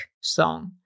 song